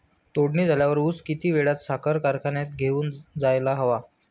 तोडणी झाल्यावर ऊस किती वेळात साखर कारखान्यात घेऊन जायला हवा?